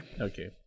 Okay